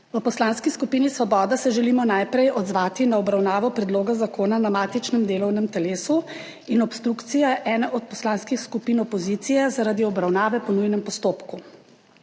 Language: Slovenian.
V Poslanski skupini Svoboda se želimo najprej odzvati na obravnavo predloga zakona na matičnem delovnem telesu in obstrukcije ene od poslanskih skupin opozicije, zaradi obravnave po nujnem postopku.